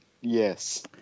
Yes